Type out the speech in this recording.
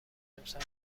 امسال